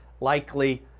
likely